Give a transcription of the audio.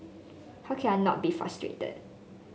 how can I not be frustrated